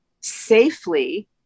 safely